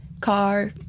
car